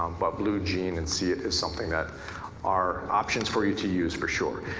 um but blue jean and seeit is something that are options for you to use for sure.